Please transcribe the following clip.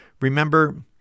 remember